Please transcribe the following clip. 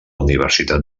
universitat